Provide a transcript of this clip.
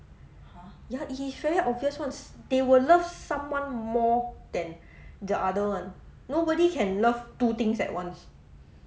ya it's very obvious [one] they will love someone more than the other one nobody can love two things at once